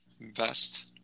best